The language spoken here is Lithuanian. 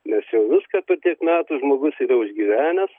nes jau viską tu tiek metų žmogus yra užgyvenęs